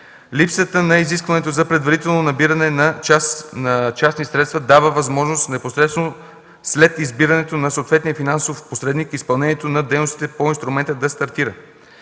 Липсата на изискването за предварително набиране на частни средства дава възможност непосредствено след избирането на съответния финансов посредник изпълнението на дейностите по инструмента да стартира.